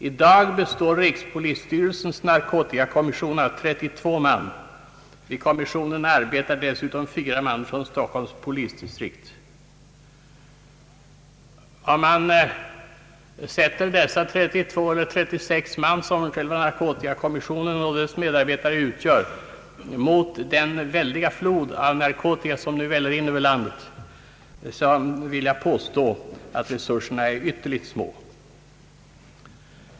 I dag består rikspolisstyrelsens = narkotikakommission av 32 man. Vid kommissionen ar betar dessutom fyra man från Stockholms polisdistrikt.» Om man sätter dessa 32 eller 36 man som själva narkotikakommissionen och dess medarbetare utgör mot den väldiga flod av narkotika som nu väller in över landet, vill jag påstå att resurserna är ytterligt små.